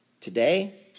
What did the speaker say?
Today